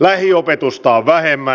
lähiopetusta on vähemmän